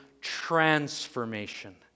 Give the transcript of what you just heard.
transformation